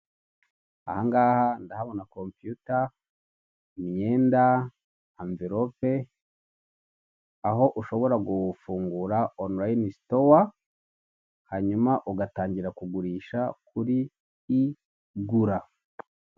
Aha ngaha ndahabona kompiyuta, imyenda, amverope, aho ushobora gufungura onilayini sitowa, hanyuma ugatangira kugurisha kuri i gura.